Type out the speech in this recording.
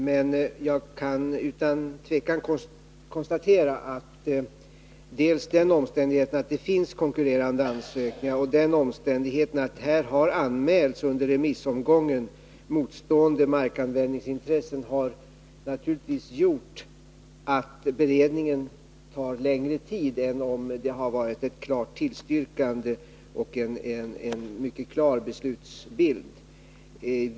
Men jag kan utan tvekan konstatera att dels den omständigheten att det finns konkurrerande ansökningar, dels den omständigheten att det under remissomgången har anmälts motstående markanvändningsintressen har gjort att beredningen tar längre tid än om det hade varit ett klart tillstyrkande och en mycket klar beslutsbild.